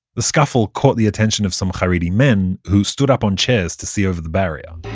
the scuffle caught the attention of some charedi men, who stood up on chairs to see over the barrier.